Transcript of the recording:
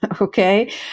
Okay